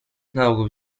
ntabwo